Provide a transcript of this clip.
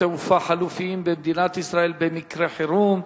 תעופה חלופיים במדינת ישראל למקרה חירום,